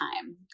time